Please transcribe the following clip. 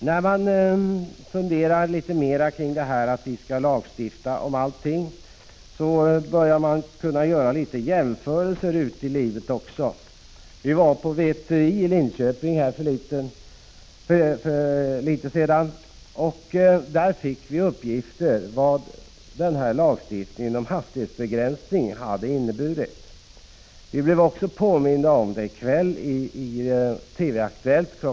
När man funderar litet mer kring tendensen att vi skall lagstifta om allting, ligger det nära till hands att göra en del jämförelser. Vi var på VTI i Linköping för någon tid sedan, och där fick vi uppgifter om vad lagstiftningen om hastighetsbegränsning har inneburit. Vi blev också påminda om det i kväll i TV-aktuellt kl.